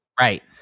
Right